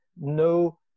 no